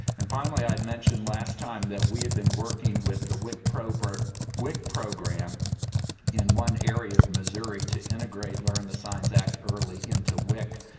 and finally i mentioned last time that we had been working with the wic program wic program in one area of missouri to integrate learn the signs act early into wic